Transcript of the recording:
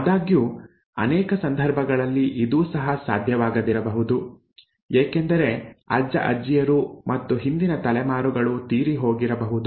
ಆದಾಗ್ಯೂ ಅನೇಕ ಸಂದರ್ಭಗಳಲ್ಲಿ ಇದೂ ಸಹ ಸಾಧ್ಯವಾಗದಿರಬಹುದು ಏಕೆಂದರೆ ಅಜ್ಜಅಜ್ಜಿಯರು ಮತ್ತು ಹಿಂದಿನ ತಲೆಮಾರುಗಳು ತೀರಿಹೋಗಿರಬಹುದು